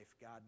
God